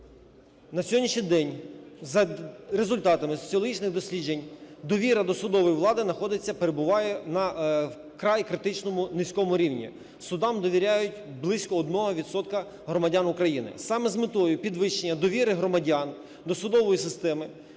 На сьогоднішній день за результатами соціологічних досліджень довіра до судової влади находиться, перебуває на вкрай критичному низькому рівні – судам довіряють близько 1 відсотка громадян України. Саме з метою підвищення довіри громадян до судової системи